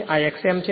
આ X m છે